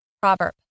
Proverb